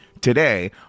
today